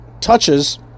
touches